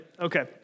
Okay